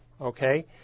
okay